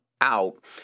out